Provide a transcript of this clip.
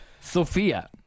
Sophia